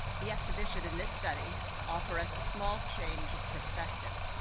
the exhibition in this study offer us a small change of perspective,